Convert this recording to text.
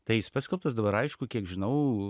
tai jis paskelbtas dabar aišku kiek žinau